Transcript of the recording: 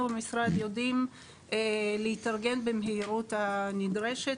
במשרד יודעים להתארגן במהירות הנדרשת,